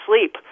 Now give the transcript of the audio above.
sleep